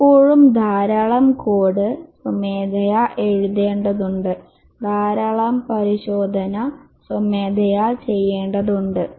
ഇപ്പോഴും ധാരാളം കോഡ് സ്വമേധയാ എഴുതേണ്ടതുണ്ട് ധാരാളം പരിശോധന സ്വമേധയാ ചെയ്യേണ്ടതുണ്ട്